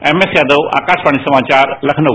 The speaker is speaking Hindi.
एमएस यादव आकाशवाणी समाचार लखनऊ